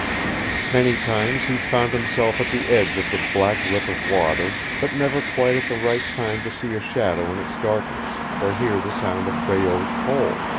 many times he found himself at the edge of the black lip of water, but never quite at the right time to see a shadow in its darkness, or hear the sound of breault's pole.